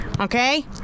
Okay